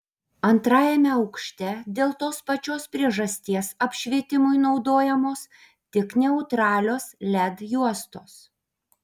antrajame aukšte dėl tos pačios priežasties apšvietimui naudojamos tik neutralios led juostos